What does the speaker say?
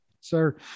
sir